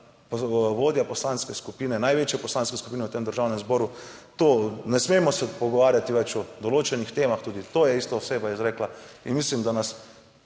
vodja poslanske skupine, največje poslanske skupine v tem Državnem zboru. To, ne smemo se pogovarjati več o določenih temah, tudi to je ista oseba izrekla in mislim, 42.